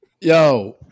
Yo